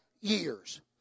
years